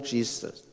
Jesus